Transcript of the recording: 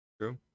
True